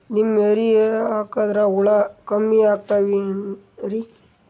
Neem urea ಹಾಕದ್ರ ಹುಳ ಕಮ್ಮಿ ಆಗತಾವೇನರಿ?